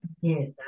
Yes